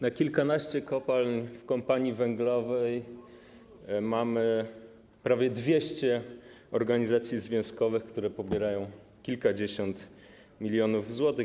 Na kilkanaście kopalń w Kompanii Węglowej mamy prawie 200 organizacji związkowych, które pobierają kilkadziesiąt milionów złotych.